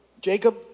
Jacob